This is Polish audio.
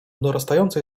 dorastającej